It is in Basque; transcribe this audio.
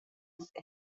zen